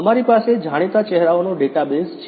અમારી પાસે જાણીતા ચહેરાઓનો ડેટાબેસ છે